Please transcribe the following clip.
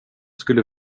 skulle